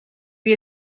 wie